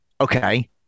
okay